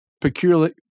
peculiar